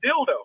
dildo